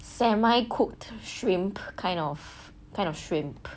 semi-cooked shrimp kind of kind of shrimp